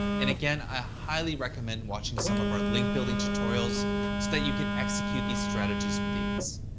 and again, i highly recommend watching some of our link building tutorials so that you can execute these strategies with ease.